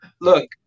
look